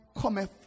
cometh